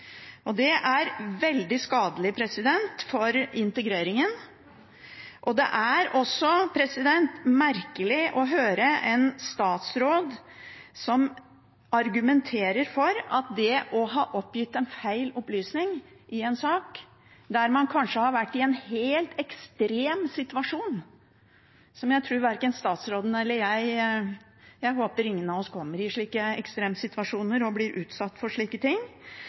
Det er veldig skadelig for integreringen. Det er også merkelig å høre en statsråd som argumenterer for at å ha oppgitt en feil opplysning i en sak der man kanskje har vært i en helt ekstrem situasjon, der man til og med kanskje har vært ung, langt under myndighetsalderen – jeg håper at ingen av oss kommer i slike ekstreme situasjoner og blir utsatt for slike ting